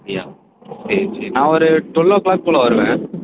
அப்படியா சரி சரி நான் ஒரு ட்வெல் ஓ க்ளாக் போல் வருவேன்